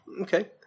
Okay